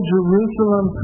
Jerusalem